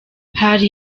hari